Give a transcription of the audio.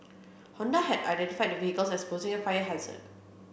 Honda had identified the vehicles as posing a fire hazard